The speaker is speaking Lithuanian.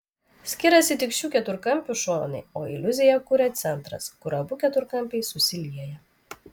skiriasi tik šių keturkampių šonai o iliuziją kuria centras kur abu keturkampiai susilieja